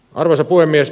arvoisa puhemies